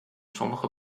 sommige